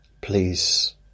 Please